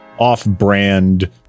off-brand